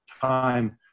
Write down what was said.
time